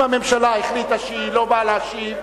אם הממשלה החליטה שהיא לא באה להשיב,